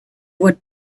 would